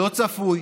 לא צפוי.